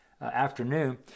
afternoon